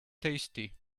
tasty